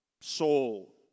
soul